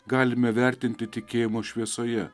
galime vertinti tikėjimo šviesoje